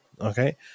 Okay